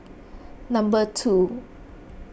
number two